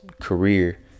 career